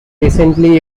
recently